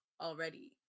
already